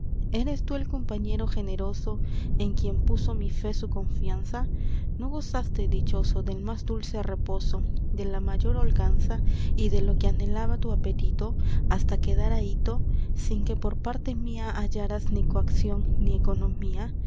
eres tú el compañero generoso en quien puso m i fe su confianza no gozaste dichoso del m á s dulce reposo de la mayor holganza y de lo que anhelaba tu apetito hasta quedar ahito sin que por parte m í a hallaras ni coacción ni economía lo